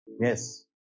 Yes